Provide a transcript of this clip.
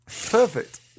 Perfect